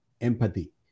empathy